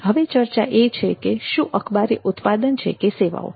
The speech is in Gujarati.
હવે ચર્ચા એ છે કે શું અખબાર એ ઉત્પાદન છે કે સેવાઓ છે